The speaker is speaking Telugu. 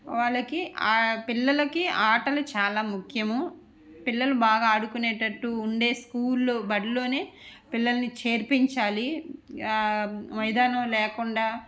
వాళ్ళకి ఆ పిల్లలకి ఆటలు చాలా ముఖ్యము పిల్లలు బాగా ఆడుకునేటట్టు ఉండే స్కూల్లో బడిలోనే పిల్లలని చేర్పించాలి మైదానం లేకుండా